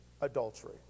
adultery